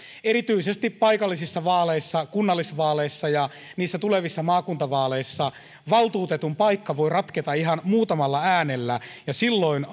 erityisesti paikallisissa vaaleissa kunnallisvaaleissa ja tulevissa maakuntavaaleissa valtuutetun paikka voi ratketa ihan muutamalla äänellä silloin